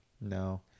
No